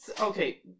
Okay